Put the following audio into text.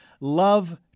love